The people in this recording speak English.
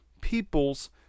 peoples